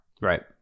Right